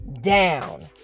down